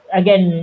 again